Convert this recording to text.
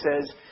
says